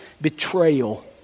betrayal